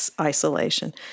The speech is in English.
isolation